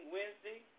Wednesday